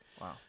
Wow